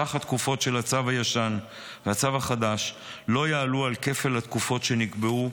סך התקופות של הצו הישן והצו החדש לא יעלו על כפל התקופות שנקבעו,